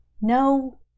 no